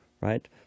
right